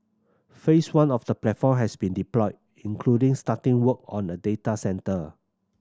Phase One of the platform has been deployed including starting work on a data centre